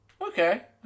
okay